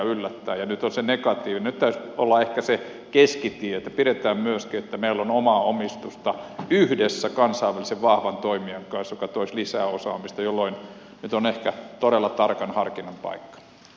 nyt täytyisi olla ehkä se keskitie niin että pidetään huoli myöskin siitä että meillä on omaa omistusta yhdessä kansainvälisen vahvan toimijan kanssa joka toisi lisää osaamista jolloin nyt on ehkä todella tarkan harkinnan paikka